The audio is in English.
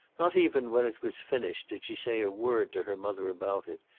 not even when it was finished did she say a word to her mother about it.